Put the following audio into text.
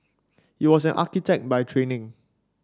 he was an architect by training